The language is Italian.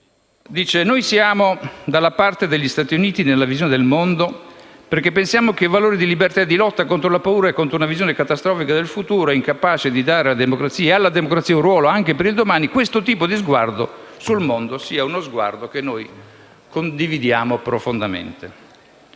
che noi siamo dalla parte degli Stati Uniti nella visione del mondo perché pensiamo ai valori di libertà e di lotta contro la paura e contro una visione catastrofica del futuro incapace di dare alla democrazia un ruolo anche per il domani; che questo tipo di sguardo sul mondo sia uno sguardo che noi condividiamo profondamente.